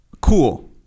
Cool